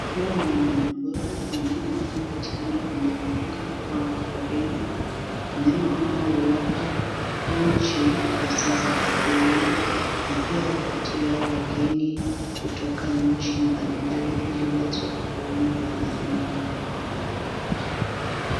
Hawa ni wanyama pori, wanyama hawa hupatikana kwenye mbunga au porini, wanyama hawa huwapa nchi pesa za kigeni na pia uvutia wageni kutoka nchi mbalimbali ili waje kuona wanyama.